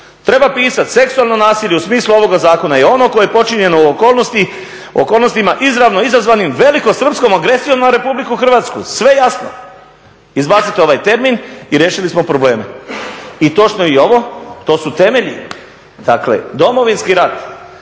Treba pisati seksualno nasilje u smislu ovoga zakona je ono koje je počinjeno u okolnostima izravno izazvanim velikom Srpskom agresijom na RH, sve jasno. Izbacite ovaj termin i riješili smo probleme. I točno je i ovo, to su temelji, dakle Domovinski rat